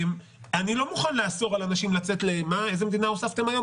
אני לא מוכן לאסור על אנשים ל- איזו מדינה הוספתם היום,